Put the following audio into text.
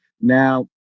Now